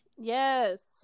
Yes